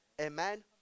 Amen